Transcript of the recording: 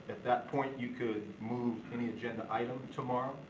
at that point you could move any agenda item tomorrow.